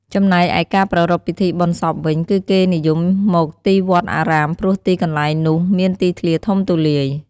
ចំណេកឯការប្រារព្វពិធីបុណ្យសពវិញ គឺគេនិយមយកទីវត្តអារាមព្រោះទីកន្លែងនុះមានទីធ្លាធំទូលាយ។